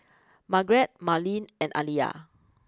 Margrett Marlene and Aliyah